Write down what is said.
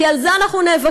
כי על זה אנחנו נאבקים.